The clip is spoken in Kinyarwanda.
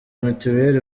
mituweli